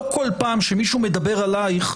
לא כל פעם שמישהו מדבר עליך,